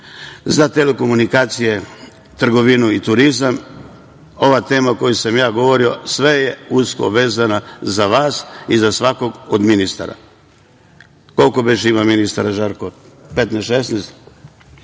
za telekomunikacije, trgovinu i turizam, ova tema o kojoj sam ja govorio je usko vezana za vas i za svakog od ministara. Koliko beše ima ministara, Žarko?